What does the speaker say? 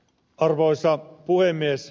arvoisa puhemies